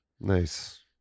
Nice